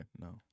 no